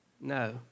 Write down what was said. No